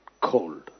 cold